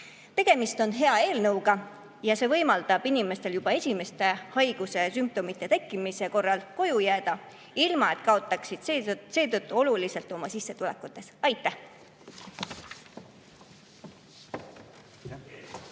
Tegemist on hea eelnõuga. See võimaldab inimestel juba esimeste haigusesümptomite tekkimise korral koju jääda, ilma et nad kaotaksid seetõttu oluliselt oma sissetulekutes. Aitäh!